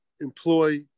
employ